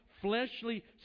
fleshly